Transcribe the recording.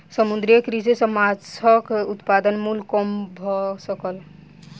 समुद्रीय कृषि सॅ माँछक उत्पादन मूल्य कम भ सकल